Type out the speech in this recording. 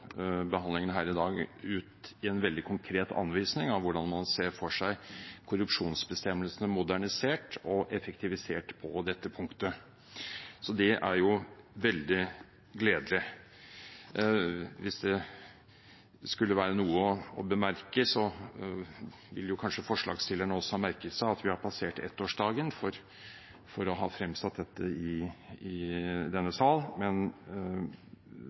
behandlingen her i dag ut i en veldig konkret anvisning av hvordan man ser for seg korrupsjonsbestemmelsene modernisert og effektivisert på dette punktet. Det er veldig gledelig. Hvis det skulle være noe å bemerke, vil kanskje forslagsstillerne ha merket seg at vi har passert ettårsdagen for